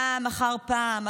פעם אחר פעם,